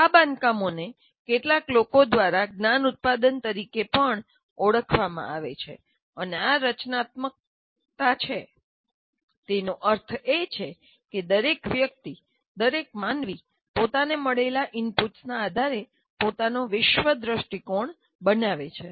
આ બાંધકામોને કેટલાક લોકો દ્વારા જ્ઞાન ઉત્પાદન તરીકે પણ ઓળખવામાં આવે છે અને આ રચનાત્મકતા મુજબ છેતેનો અર્થ એ છે કે દરેકવ્યક્તિ દરેક માનવી પોતાને મળેલા ઇનપુટ્સના આધારે પોતાનો વિશ્વ દૃષ્ટિકોણ બનાવે છે